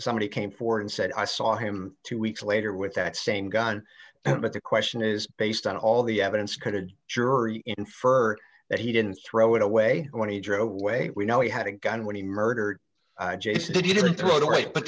somebody came forward and said i saw him two weeks later with that same gun but the question is based on all the evidence could jury infer that he didn't throw it away when he drove away we know he had a gun when he murdered jason